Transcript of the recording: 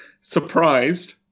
surprised